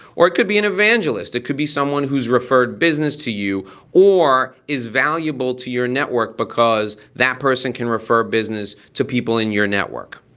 or it could be an evangelist. it could be someone who's referred business to you or is valuable to your network because that person can refer business to people in your network.